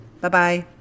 Bye-bye